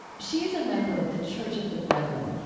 she is a member of the church of the brethren,